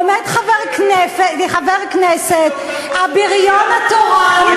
עומד חבר כנסת, הבריון התורן,